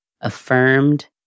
affirmed